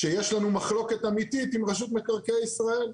שיש לנו מחלוקת אמיתית עם רשות מקרקעי ישראל.